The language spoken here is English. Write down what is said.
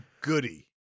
goody